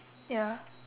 ya